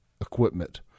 equipment